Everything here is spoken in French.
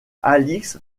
alix